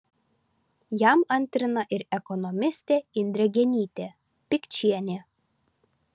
jam antrina ir ekonomistė indrė genytė pikčienė